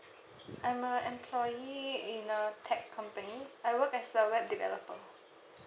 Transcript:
I'm a employee in a tech company I work as a web developer